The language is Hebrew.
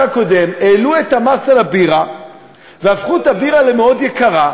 העלו את המס על הבירה והפכו את הבירה למאוד יקרה,